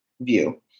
view